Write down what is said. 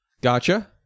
gotcha